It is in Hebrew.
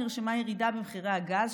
נרשמה ירידה במחירי הגז,